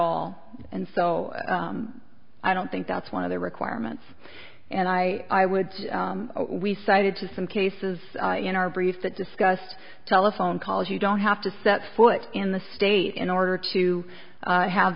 all and so i don't think that's one of the requirements and i i would say we cited to some cases in our brief that discussed telephone calls you don't have to set foot in the state in order to have